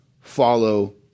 follow